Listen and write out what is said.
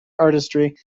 artistry